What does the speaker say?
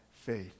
faith